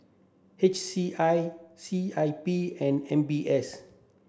H C I C I P and M B S